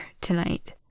tonight